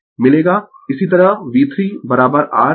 इसी तरह V3 r I